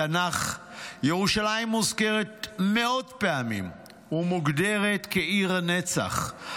בתנ"ך ירושלים מוזכרת מאות פעמים ומוגדרת כעיר הנצח.